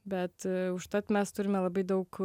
bet užtat mes turime labai daug